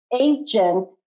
agent